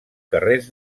carrers